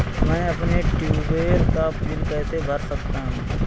मैं अपने ट्यूबवेल का बिल कैसे भर सकता हूँ?